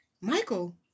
Michael